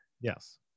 Yes